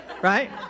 right